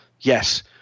yes